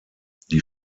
die